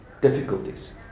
difficulties